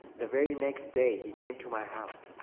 the very next day he came to my house.